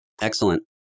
Excellent